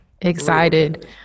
Excited